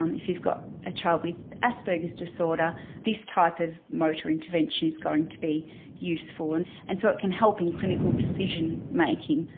um if you've got a child with asperger's disorder this type of motor intervention is going to be useful and and so it can help in clinical decision making.